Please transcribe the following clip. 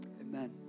Amen